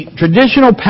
traditional